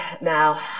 now